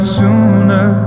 sooner